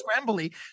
scrambly